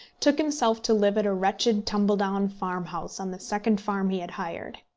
took himself to live at a wretched tumble-down farmhouse on the second farm he had hired!